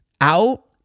out